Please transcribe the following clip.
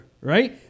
Right